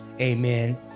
amen